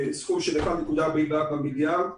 סכום של 1.44 מיליארד שקל,